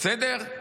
בסדר?